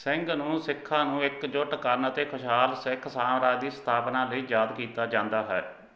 ਸਿੰਘ ਨੂੰ ਸਿੱਖਾਂ ਨੂੰ ਇਕਜੁੱਟ ਕਰਨ ਅਤੇ ਖੁਸ਼ਹਾਲ ਸਿੱਖ ਸਾਮਰਾਜ ਦੀ ਸਥਾਪਨਾ ਲਈ ਯਾਦ ਕੀਤਾ ਜਾਂਦਾ ਹੈ